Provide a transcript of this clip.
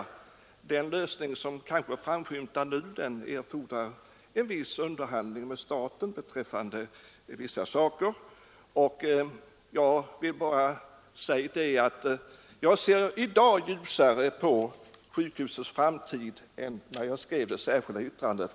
Den lösning som kanske framskymtar nu erfordrar underhandlingar med staten beträffande vissa saker. Men jag ser i dag ljusare på sjukhusets framtid än när jag skrev det särskilda yttrandet.